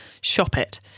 ShopIt